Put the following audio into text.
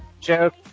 joke